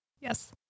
Yes